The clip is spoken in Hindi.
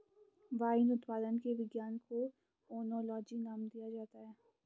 वाइन उत्पादन के विज्ञान को ओनोलॉजी नाम दिया जाता है